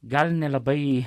gal nelabai